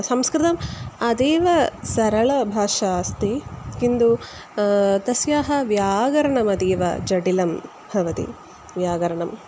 संस्कृतम् अतीव सरलभाषा अस्ति किन्तु तस्याः व्याकरणमतीव जटिलं भवति व्याकरणं